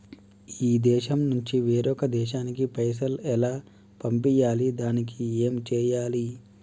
ఈ దేశం నుంచి వేరొక దేశానికి పైసలు ఎలా పంపియ్యాలి? దానికి ఏం చేయాలి?